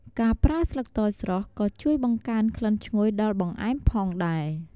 ការប្រើស្លឹកតើយស្រស់ក៏ជួយបង្កើនក្លិនឈ្ងុយដល់បង្អែមផងដែរ។